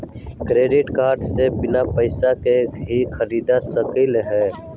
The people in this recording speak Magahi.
क्रेडिट कार्ड से बिना पैसे के ही खरीद सकली ह?